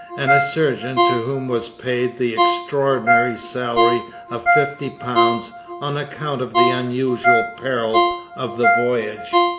and a surgeon, to whom was paid the extraordinary salary of fifty pounds on account of the unusual peril of the voyage.